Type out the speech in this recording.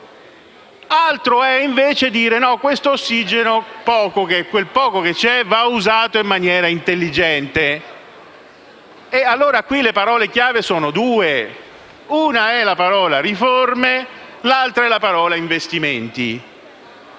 Altro è dire che questo ossigeno, quel poco che c'è, va usato in maniera intelligente. Qui le parole chiave sono due: una è la parola «riforme», l'altra è la parola «investimenti».